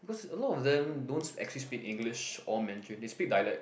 cause a lot of them don't actually speak English or Mandarin they speak dialect